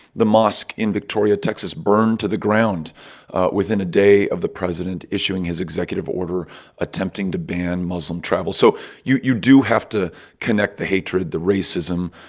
the mosque in victoria, texas, burned to the ground within a day of the president issuing his executive order attempting to ban muslim travel so you you do have to connect the hatred, the racism,